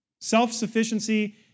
Self-sufficiency